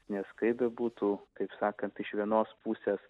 nes kaip bebūtų kaip sakant iš vienos pusės